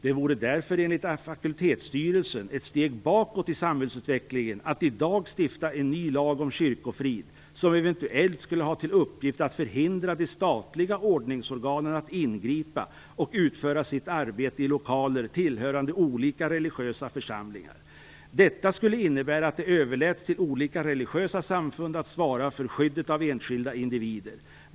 Det vore därför, enligt fakultetsstyrelsen, ett steg bakåt i samhällsutvecklingen att i dag stifta en ny lag om kyrkofrid, som eventuellt skulle ha till uppgift att förhindra de statliga ordningsorganen att ingripa och utföra sitt arbete i lokaler tillhörande olika religiösa församlingar. Detta skulle innebära att det överläts till olika religiösa samfund att svara för skyddet av enskilda individer.